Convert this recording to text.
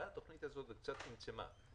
באה התוכנית הזאת וקצת צמצמה.